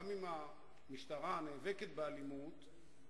גם אם המשטרה נאבקת באלימות,